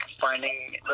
finding